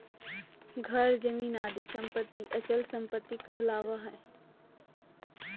घर, जमीन आदि सम्पत्ति अचल सम्पत्ति कहलावा हइ